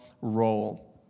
role